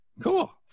Cool